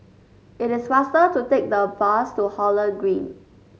it is faster to take the bus to Holland Green